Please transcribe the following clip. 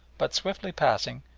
but, swiftly passing,